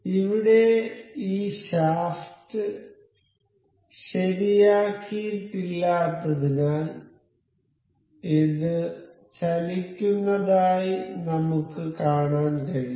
ഇവിടെ ഈ ഷാഫ്റ്റ് ശരിയാക്കിയിട്ടില്ലാത്തതിനാൽ ഇത് ചലിക്കുന്നതായി നമുക്ക് കാണാൻ കഴിയും